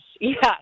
yes